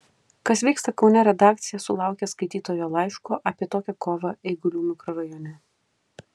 kas vyksta kaune redakcija sulaukė skaitytojo laiško apie tokią kovą eigulių mikrorajone